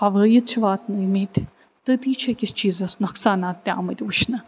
وٲحِد چھِ واتٕنٲومٕتۍ تٔتی چھِ أکِس چیٖزَس نقصانات تہِ آمٕتۍ وُچھنہٕ